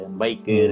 bike